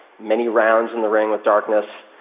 many rounds in the ring with darkness,